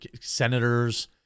senators